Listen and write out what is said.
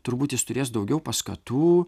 turbūt jis turės daugiau paskatų